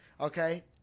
okay